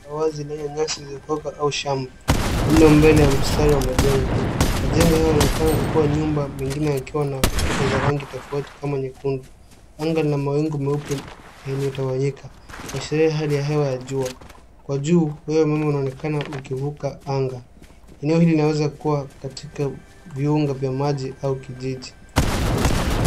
Eneo la wazi lenye nyasi zilizokauka au shamba lililo mbele ya mstari wa majengo. Majengo hayo yanaonekana kuwa nyumba mwengine yakiwa na kuta za rangi tofauti kama nyekundu. Anga lina mawingu meupe yaliyotawanyika kuashiria hali ya hewa ya jua. Kwa juu waya wa umeme unaonekana ukivuka anga. Eneo hili linaweza kuwa katika viunga vya maji au kijiji.